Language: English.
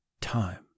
time